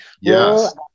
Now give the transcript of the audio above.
Yes